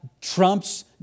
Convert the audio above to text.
trumps